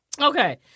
Okay